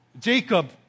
Jacob